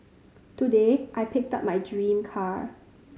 today I picked up my dream car